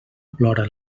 plora